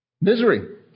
Misery